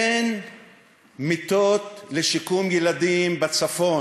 אין מיטות לשיקום ילדים בצפון,